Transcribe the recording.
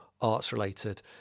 arts-related